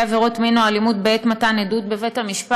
עבירות מין או אלימות בעת מתן עדות בבית-המשפט,